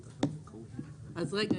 רגע,